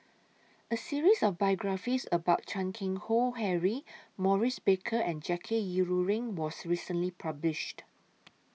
A series of biographies about Chan Keng Howe Harry Maurice Baker and Jackie Yi Ru Ying was recently published